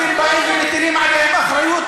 אתם באים ומטילים עליהם אחריות?